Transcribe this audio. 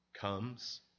comes